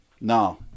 No